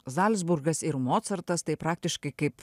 zalcburgas ir mocartas tai praktiškai kaip